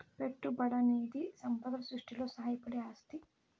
పెట్టుబడనేది సంపద సృష్టిలో సాయపడే ఆస్తి